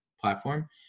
platform